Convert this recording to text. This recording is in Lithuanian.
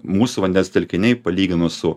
mūsų vandens telkiniai palyginus su